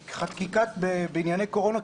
כי חקיקה בענייני קורונה,